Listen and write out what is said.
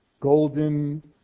golden